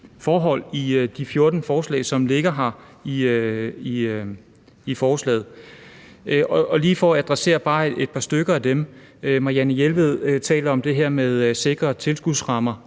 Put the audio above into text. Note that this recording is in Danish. forhold i de 14 forslag, som ligger i forslaget. Jeg vil lige adressere et par stykker af dem. Marianne Jelved taler om det her med sikre tilskudsrammer